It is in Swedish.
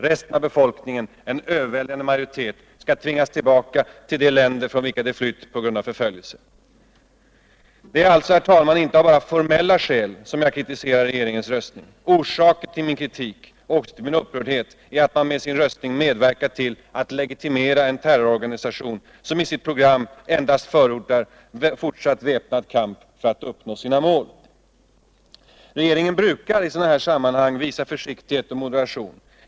Resten av befolkningen — en överväldigande majoritet — skall tvingas tillbaka till de länder från vilka de flytt på grund av förföljelse. Det är alltså, herr talman, inte bara av formella skäl som jag kritiserar regeringens röstning. Orsaken till min kritik — och min upprördhet — är att man med sin röstning medverkar till att legitimera en terrororganisation som i sitt program endast förordar fortsatt väpnad kamp för att uppnå sina mål. Regeringen brukar i sådana här sammanhang visa försiktighet och moderation.